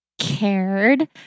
cared